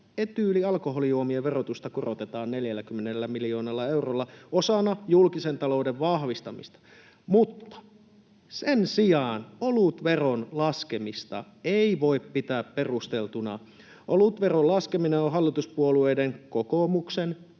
etyylialkoholijuomien verotusta korotetaan 40 miljoonalla eurolla osana julkisen talouden vahvistamista. Mutta sen sijaan olutveron laskemista ei voi pitää perusteltuna. Olutveron laskeminen on hallituspuolueiden — kokoomuksen,